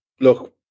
look